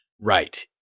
Right